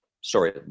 sorry